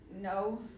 no